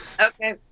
okay